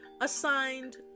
assigned